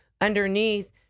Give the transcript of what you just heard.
underneath